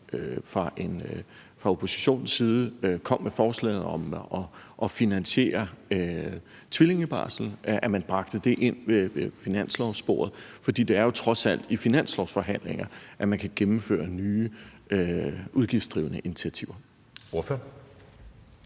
fra oppositionens side kom med forslaget om at finansiere tvillingebarsel, bragte det ind til finanslovsbordet, for det er jo trods alt i finanslovsforhandlinger, man kan gennemføre nye udgiftsdrivende initiativer.